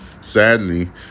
Sadly